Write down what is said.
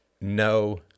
no